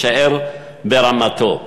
יישאר ברמתו.